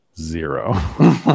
zero